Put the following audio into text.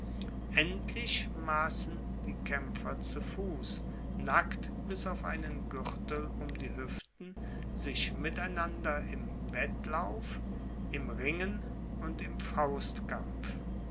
endlich massen die kaempfer zu fuss nackt bis auf einen guertel um die hueften sich miteinander im wettlauf im ringen und im faustkampf